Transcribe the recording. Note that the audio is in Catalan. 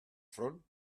front